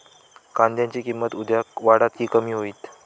कांद्याची किंमत उद्या वाढात की कमी होईत?